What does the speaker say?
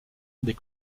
des